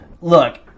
look